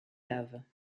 lave